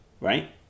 right